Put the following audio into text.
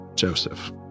Joseph